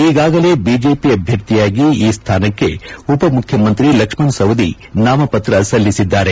ಈಗಾಗಲೇ ಬಿಜೆಪಿ ಅಭ್ಯರ್ಥಿಯಾಗಿ ಈ ಸ್ಥಾನಕ್ಕೆ ಉಪ ಮುಖ್ಯಮಂತ್ರಿ ಲಕ್ಷಣ ಸವದಿ ನಾಮಪತ್ರ ಸಲ್ಲಿಸಿದ್ದಾರೆ